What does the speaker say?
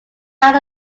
out